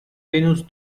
venus